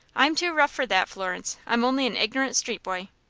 i'm too rough for that, florence. i'm only an ignorant street boy.